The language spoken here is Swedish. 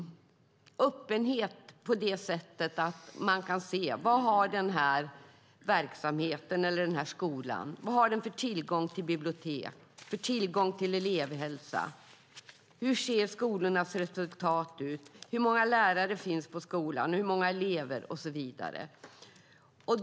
Det handlar om öppenhet på det sättet att man kan se vad verksamheten eller skolan har för tillgång till bibliotek och elevhälsa, hur skolornas resultat ser ut, hur många lärare och elever det finns på skolan och så vidare.